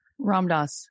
Ramdas